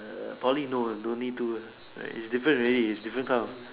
err Poly no uh don't need do uh it's different already it's different kind of